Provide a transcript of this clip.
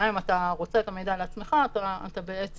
כי גם אם אתה רוצה את המידע לעצמך אתה לא יכול.